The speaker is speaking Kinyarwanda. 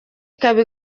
ikaba